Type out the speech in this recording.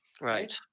right